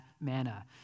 manna